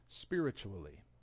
spiritually